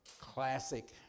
classic